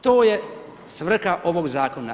To je svrha ovog zakona.